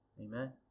amen